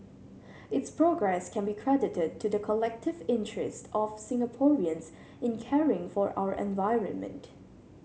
its progress can be credited to the collective interests of Singaporeans in caring for our environment